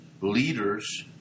leaders